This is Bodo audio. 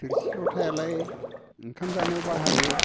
थोरसि लथायालाय ओंखाम जानायाव बाहायो